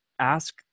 ask